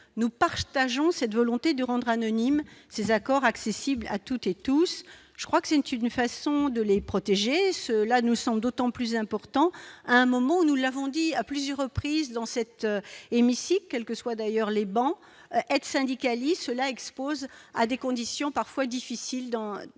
nous partageons cette volonté de rendre anonymes, ces accords accessible à toutes et tous, je crois que c'est une façon de les protéger ceux-là nous sommes d'autant plus important à un moment où nous l'avons dit à plusieurs reprises dans cet hémicycle, quelle que soit d'ailleurs les bancs être syndicaliste cela expose à des conditions parfois difficiles dans au